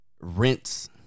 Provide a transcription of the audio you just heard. rinse